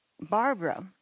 Barbara